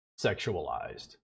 sexualized